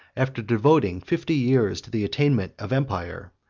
after devoting fifty years to the attainment of empire,